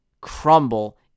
crumble